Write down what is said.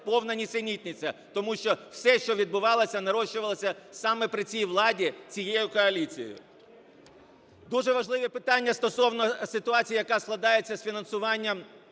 повні нісенітниця, тому що все, що відбувалося, нарощувалося саме при цій владі, цією коаліцією. Дуже важливі питання стосовно ситуації, яка складається з фінансуванням